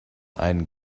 einen